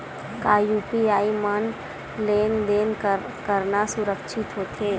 का यू.पी.आई म लेन देन करना सुरक्षित होथे?